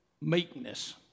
meekness